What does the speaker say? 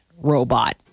robot